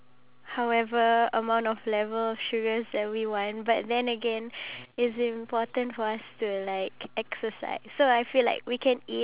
I do wait um the picture that you holding up right if you flip it to the other side do you have a different picture or what